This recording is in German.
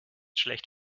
schlecht